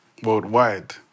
Worldwide